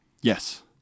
Yes